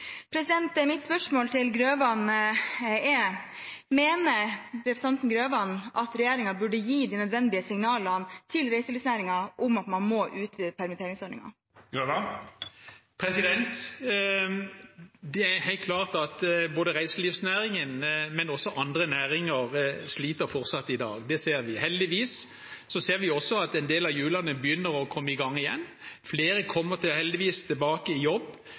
Mitt spørsmål er: Mener representanten Grøvan at regjeringen burde gi reiselivsnæringen de nødvendige signalene om at man må utvide permitteringsordningen? Det er helt klart at både reiselivsnæringen og også andre næringer fortsatt sliter. Det ser vi. Heldigvis ser vi også at en del av hjulene begynner å komme i gang igjen. Flere kommer heldigvis tilbake i jobb,